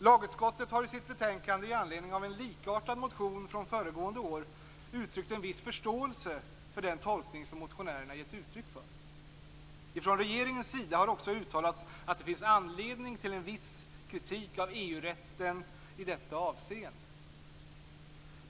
Lagutskottet har i sitt betänkande i anledning av en likartad motion från föregående år uttryckt en viss förståelse för den tolkning som motionärerna gett uttryck för. Från regeringens sida har också uttalats att det finns anledning till viss kritik av EU-rätten i detta avseende.